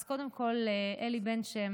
אז קודם כול, אלי בן שם,